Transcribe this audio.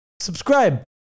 subscribe